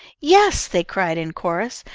yes, they cried in chorus,